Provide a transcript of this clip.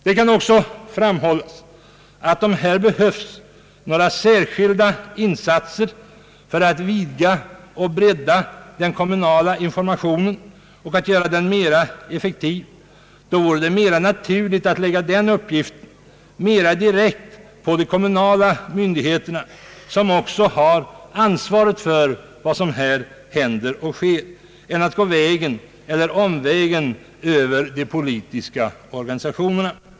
Det kan också framhållas att om här behövs några särskilda insatser för att vidga och bredda den kommunala informationen och göra den mera effektiv, vore det naturligare att lägga den uppgiften mera direkt på de kommunala myndigheterna, som också har ansvaret för vad som här sker, än att gå omvägen över de politiska organisationerna.